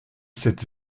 cette